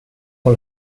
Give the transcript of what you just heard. con